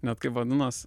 net kaip vadinosi